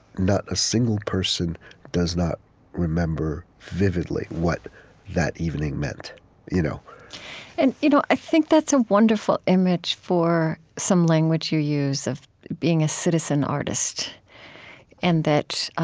not a single person does not remember vividly what that evening meant you know and you know i think that's a wonderful image for some language you use of being a citizen artist and that